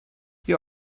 you